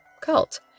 cult